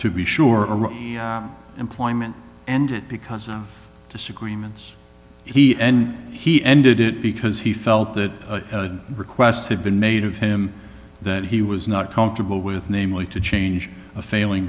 to be sure of employment and because of disagreements he and he ended it because he felt that request had been made of him that he was not comfortable with namely to change a failing